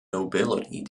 nobility